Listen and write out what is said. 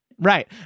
Right